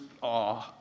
awe